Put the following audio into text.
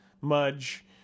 Mudge